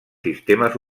sistemes